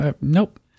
Nope